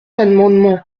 amendement